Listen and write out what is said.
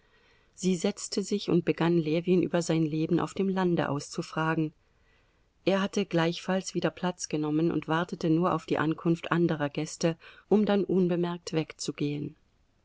sie setzte sich und begann ljewin über sein leben auf dem lande auszufragen er hatte gleichfalls wieder platz genommen und wartete nur auf die ankunft anderer gäste um dann unbemerkt wegzugehen